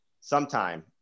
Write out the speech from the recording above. sometime